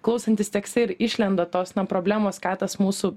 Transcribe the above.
klausantis tekste ir išlenda tos na problemos ką tas mūsų